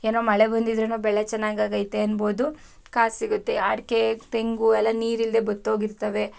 ಏನೋ ಮಳೆ ಬಂದಿದ್ರೇನೋ ಬೆಳೆ ಚೆನ್ನಾಗಿ ಆಗೈತೆ ಅನ್ಬೋದು ಕಾಸು ಸಿಗತ್ತೆ ಅಡಿಕೆ ತೆಂಗು ಎಲ್ಲ ನೀರಿಲ್ದೇ ಬತ್ತೋಗಿರ್ತವೆ